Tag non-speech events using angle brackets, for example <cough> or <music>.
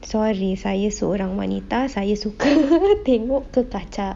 sorry saya seorang wanita saya suka <laughs> tengok kekaca~